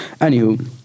Anywho